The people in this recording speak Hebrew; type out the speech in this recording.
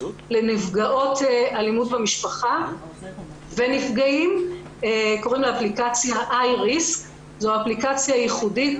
לנפגעות אלימות במשפחה ולנפגעים - "I RISK". זאת אפליקציה ייחודית